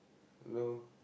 you know